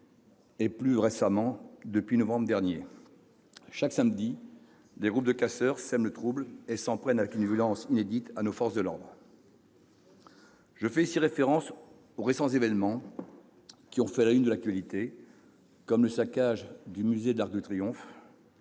et, plus récemment, depuis novembre dernier, chaque samedi, des groupes de « casseurs » sèment le trouble et s'en prennent, avec une violence inédite, à nos forces de l'ordre. Je fais ici référence aux récents événements qui ont fait la « une » de l'actualité, comme le saccage du musée de l'Arc de Triomphe,